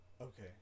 Okay